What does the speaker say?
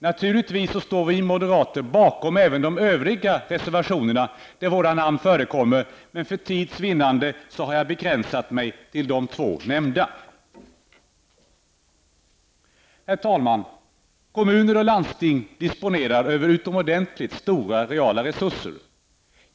Naturligtvis står vi moderater bakom även de övriga reservationerna där våra namn förekommer. Men för tids vinnande har jag begränsat mig till de två nämnda. Herr talman! Kommuner och landsting disponerar över utomordentligt stora reala resurser.